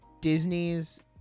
Disney's